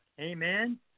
Amen